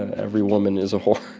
ah every woman is a whore.